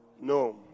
No